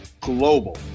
Global